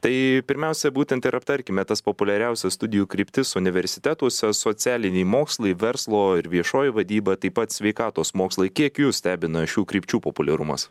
tai pirmiausia būtent ir aptarkime tas populiariausias studijų kryptis universitetuose socialiniai mokslai verslo ir viešoji vadyba taip pat sveikatos mokslai kiek jus stebina šių krypčių populiarumas